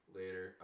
later